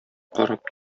карап